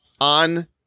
on